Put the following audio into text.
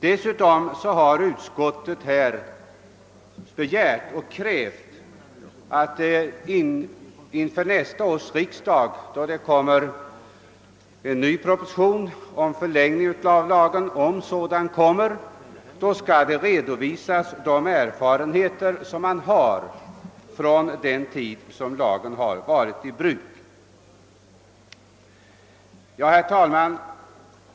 Dessutom har utskottet begärt att man vid nästa års riksdag, om det då kommer en ny proposition om förlängning av den eventuella nya lagen, skall redovisa de erfarenheter som gjorts under den tid lagen har varit i bruk. Herr talman!